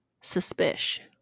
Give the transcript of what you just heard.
Suspicion